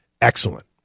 Excellent